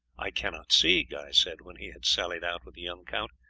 i cannot see, guy said, when he had sallied out with the young count,